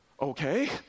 okay